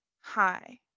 hi